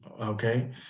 okay